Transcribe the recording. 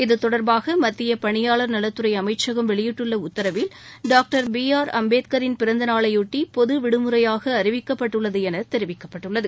இதுதொடர்பாகமத்தியபனியாளர் நலத்துறைஅமைச்சகம் வெளியிட்டுள்ளஉத்தரவில் doctor B R அம்பேத்கரின் பிறந்தநாளையொட்டி பொதுவிடுமுறையாக அறிவிக்கப்பட்டுள்ளது எனதெரிவிக்கப்பட்டுள்ளது